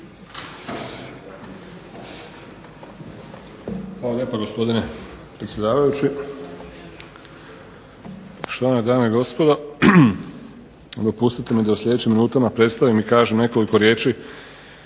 Hvala lijepa gospodine predsjedavajući. Štovane dame i gospodo. Dopustite mi da u sljedećim minutama predstavim i kažem nekoliko riječi